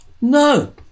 No